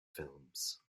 films